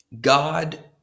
God